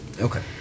Okay